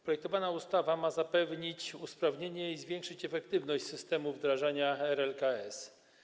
Projektowana ustawa ma zapewnić usprawnienie i zwiększyć efektywność systemu wdrażania ustawy RLKS.